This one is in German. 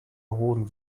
hohen